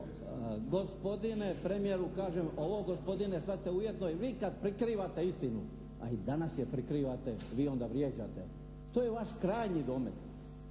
Gospodine premijeru kažem, ovo gospodine sad je uvjetno i vi kad prikrivate istinu, a i danas je prikrivate, vi onda vrijeđate, to je vaš krajnji domet.